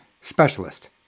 specialist